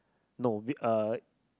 no we uh